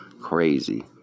Crazy